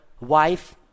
wife